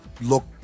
look